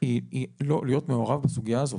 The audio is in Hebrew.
היא לא להיות מעורב בסוגיה הזאת.